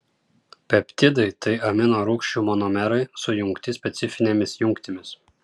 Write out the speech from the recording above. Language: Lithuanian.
peptidai tai amino rūgčių monomerai sujungti specifinėmis jungtimis